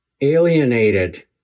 alienated